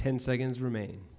ten seconds remain